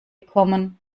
kommen